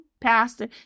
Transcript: pastor